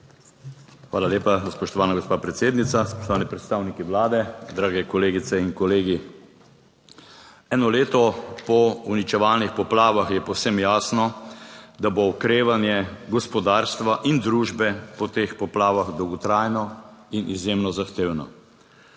Hvala lepa, spoštovana gospa predsednica, spoštovani predstavniki Vlade, drage kolegice in kolegi. Eno leto po uničevalnih poplavah je povsem jasno, da bo okrevanje gospodarstva in družbe po teh poplavah dolgotrajno in izjemno zahtevno.